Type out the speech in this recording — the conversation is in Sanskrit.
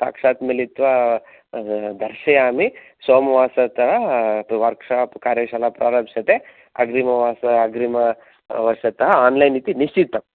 साक्षात् मिलित्वा दर्शयामि सोमवासरत वर्क् शाप् कार्यशाला प्रारप्स्यते अग्रिमवर्ष अग्रिमवर्षत आन्लैन् इति निश्चितम्